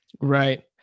Right